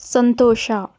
ಸಂತೋಷ